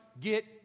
get